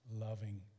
loving